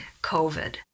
COVID